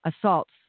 assaults